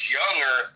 younger